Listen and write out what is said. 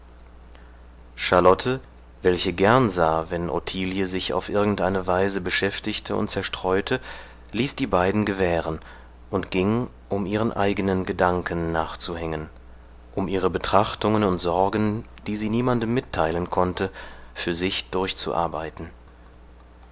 charlotte welche gern sah wenn ottilie sich auf irgendeine weise beschäftigte und zerstreute ließ die beiden gewähren und ging um ihren eigenen gedanken nachzuhängen um ihre betrachtungen und sorgen die sie niemanden mitteilen konnte für sich durchzuarbeiten